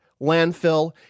landfill